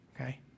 okay